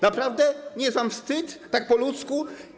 Naprawdę nie jest wam wstyd, tak po ludzku?